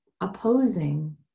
opposing